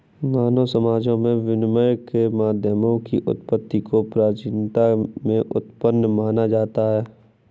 मानव समाजों में विनिमय के माध्यमों की उत्पत्ति को प्राचीनता में उत्पन्न माना जाता है